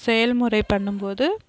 செயல்முறை பண்ணும் போது